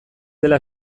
dela